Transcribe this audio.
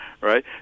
right